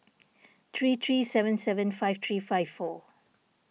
three three seven seven five three five four